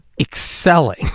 excelling